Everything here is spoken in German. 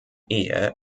ehe